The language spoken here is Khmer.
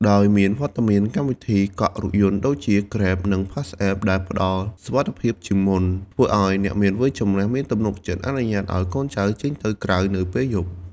ដោយមានវត្តមានកម្មវិធីកក់រថយន្តដូចជា Grab និង PassApp ដែលផ្តល់សុវត្ថិភាពជាងមុន ធ្វើឱ្យអ្នកមានវ័យចំណាស់មានទំនុកចិត្តអនុញ្ញាតឱ្យកូនចៅចេញទៅក្រៅនៅពេលយប់។